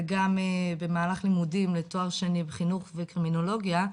וגם במהלך לימודים לתואר שני בחינוך וקרימינולוגיה,